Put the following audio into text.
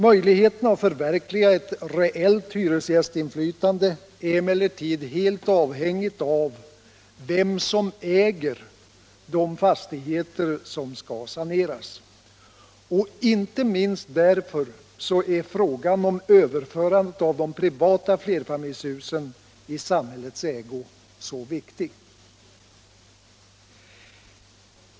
Möjligheterna att förverkliga ett reellt hyresgästinflytande är emellertid helt avhängiga av vem som äger de fastigheter som skall saneras. Inte minst därför är frågan om överförande av de privata flerfamiljshusen i samhällets ägo så viktig.